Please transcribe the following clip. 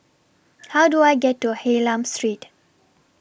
How Do I get to Hylam Street